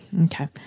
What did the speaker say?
Okay